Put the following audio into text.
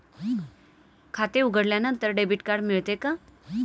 खाते उघडल्यानंतर debit card मिळते का?